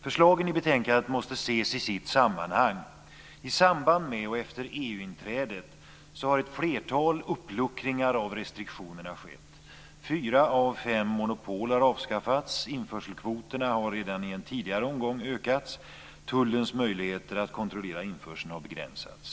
Förslagen i betänkandet måste ses i sitt sammanhang. I samband med och efter EU-inträdet har ett flertal uppluckringar av restriktionerna skett. Fyra av fem monopol har avskaffats, införselkvoterna har redan i en tidigare omgång ökats och tullens möjligheter att kontrollera införseln har begränsats.